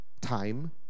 Time